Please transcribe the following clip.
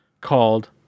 called